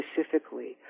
specifically